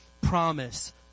promise